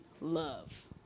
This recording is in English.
love